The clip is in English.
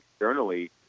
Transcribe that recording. externally